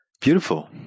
Beautiful